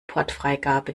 portfreigabe